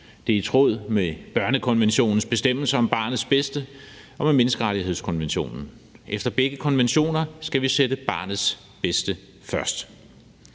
det er i tråd med børnekonventionens bestemmelser om barnets bedste og med menneskerettighedskonventionen. Efter begge konventioner skal vi sætte barnets bedste først.